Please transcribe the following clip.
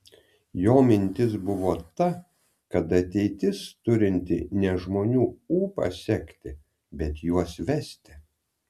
jo mintis buvo ta kad ateitis turinti ne žmonių ūpą sekti bet juos vesti